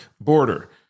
border